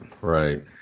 Right